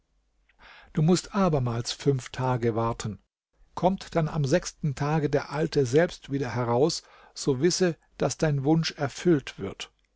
du mußt abermals fünf tage warten kommt dann am sechsten tage der alte selbst wieder heraus so wisse daß dein wunsch erfüllt wird